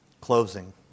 Closing